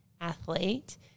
athlete